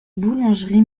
boulangerie